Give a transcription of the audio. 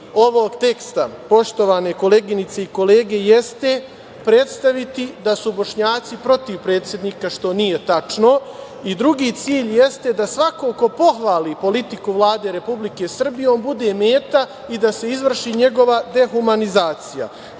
ovog teksta, poštovane koleginice i kolege, jeste predstaviti da su Bošnjaci protiv predsednika, što nije tačno. Drugi cilj jeste da svako ko pohvali politiku Vlade Republike Srbije on bude meta i da se izvrši njegova dehumanizacija. Znači,